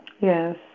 Yes